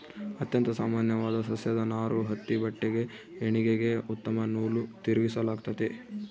ಅತ್ಯಂತ ಸಾಮಾನ್ಯವಾದ ಸಸ್ಯದ ನಾರು ಹತ್ತಿ ಬಟ್ಟೆಗೆ ಹೆಣಿಗೆಗೆ ಉತ್ತಮ ನೂಲು ತಿರುಗಿಸಲಾಗ್ತತೆ